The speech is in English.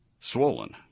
swollen